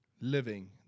living